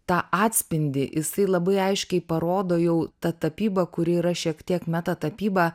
tą atspindį jisai labai aiškiai parodo jau ta tapyba kuri yra šiek tiek meta tapyba